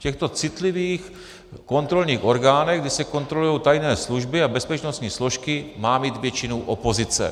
V těchto citlivých kontrolních orgánech, kdy se kontrolují tajné služby a bezpečnostní složky, má mít většinu opozice.